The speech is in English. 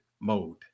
mode